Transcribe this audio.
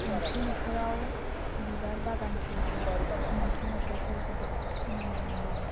गंसे न'खराव बिबार बागान थायोब्ला मोनसे न'खरखौ जोबोद समाइना नुयो